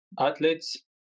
athletes